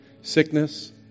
Sickness